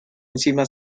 encima